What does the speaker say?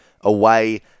away